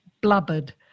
blubbered